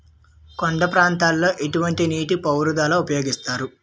కొండ ప్రాంతాల్లో ఎటువంటి నీటి పారుదల ఉపయోగిస్తారు?